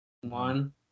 One